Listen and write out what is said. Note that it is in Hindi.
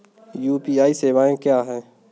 यू.पी.आई सवायें क्या हैं?